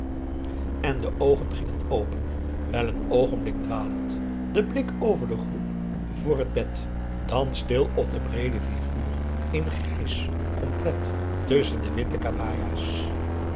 en de oogen gingen open wel een oogenblik dwalend den blik over de groep voor het bed dan stil op de breede figuur in grijs complet tusschen de witte